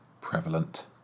Prevalent